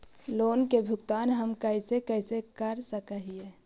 Loan के भुगतान हम कैसे कैसे कर सक हिय?